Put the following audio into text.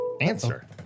Answer